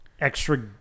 extra